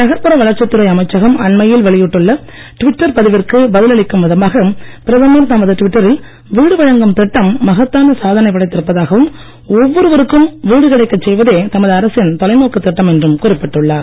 நகர்புற வளர்ச்சி துறை அமைச்சகம் அண்மையில் வெளியிட்ட டுவிட்டர் பதிவிற்கு பதில் அளிக்கும் விதமாக பிரதமர் தமது டுவிட்டரில் படைத்திருப்பதாகவும் ஒவ்வொருவருக்கும் வீடு கிடைக்க செய்வதே தமது அரசின் தொலைநோக்கு திட்டம் என்றும் குறிப்பிட்டுள்ளார்